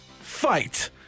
fight